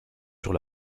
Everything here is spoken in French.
sur